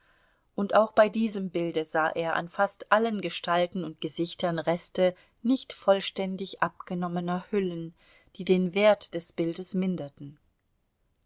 und auch bei diesem bilde sah er an fast allen gestalten und gesichtern reste nicht vollständig abgenommener hüllen die den wert des bildes minderten